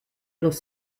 los